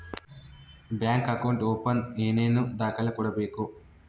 Bank account open ಏನೇನು ದಾಖಲೆ ಕೊಡಬೇಕು?